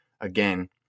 again